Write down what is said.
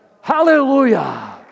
Hallelujah